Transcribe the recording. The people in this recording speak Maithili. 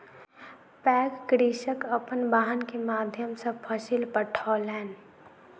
पैघ कृषक अपन वाहन के माध्यम सॅ फसिल पठौलैन